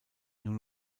nur